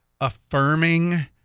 affirming